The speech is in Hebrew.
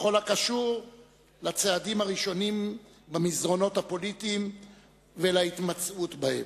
בכל הקשור לצעדים הראשונים במסדרונות הפוליטיים ולהתמצאות בהם.